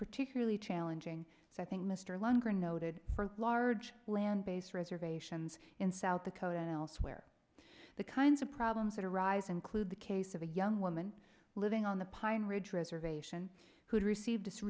particularly challenging i think mr longer noted for large land based reservations in south dakota and elsewhere the kinds of problems that arise include the case of a young woman living on the pine ridge reservation who received